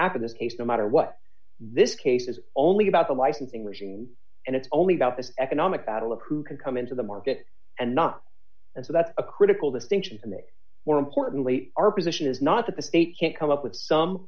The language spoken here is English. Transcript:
this case no matter what this case is only about the licensing regime and it's only about this economic battle of who can come into the market and not and so that's a critical distinction and the more importantly our position is not that the state can't come up with some